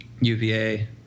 UVA